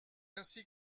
ainsi